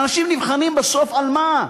אנשים נבחנים בסוף, על מה?